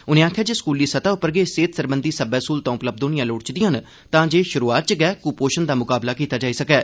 उनें आखेआ जे स्कूली सतह उप्पर गै सेहत सरबंधी सब्बै स्हूलतां उपलब्य होनी लोड़चदिआं न तांजे शुरुआत च गै कुपोषण दा मुकाबला कीता जाई सकै